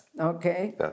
Okay